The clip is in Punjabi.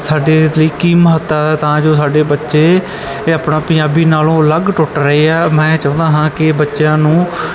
ਸਾਡੇ ਲਈ ਕੀ ਮਹੱਤਤਾ ਤਾਂ ਜੋ ਸਾਡੇ ਬੱਚੇ ਇਹ ਆਪਣਾ ਪੰਜਾਬੀ ਨਾਲੋਂ ਅਲੱਗ ਟੁੱਟ ਰਹੇ ਆ ਮੈਂ ਚਾਹੁੰਦਾ ਹਾਂ ਕਿ ਬੱਚਿਆਂ ਨੂੰ